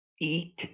eat